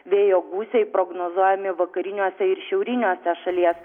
vėjo gūsiai prognozuojami vakariniuose ir šiauriniuose šalies